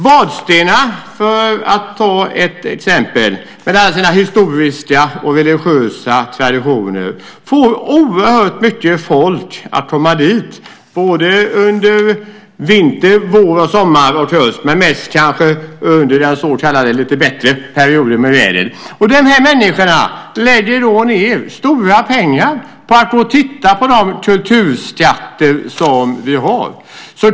Vadstena, för att ta ett exempel, med alla sina historiska och religiösa traditioner, får oerhört mycket folk att komma dit under både vinter, vår, sommar och höst, men kanske mest under den så kallade lite bättre perioden vad vädret beträffar. De här människorna lägger ned stora pengar på att gå och titta på de kulturskatter som vi har.